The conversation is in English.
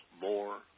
more